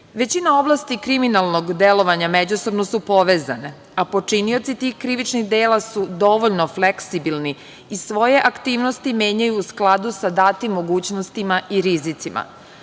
Većina oblasti kriminalnog delovanja međusobno su povezane, a počinioci tih krivičnih dela su dovoljno fleksibilni i svoje aktivnosti menjaju u skladu sa datim mogućnostima i rizicima.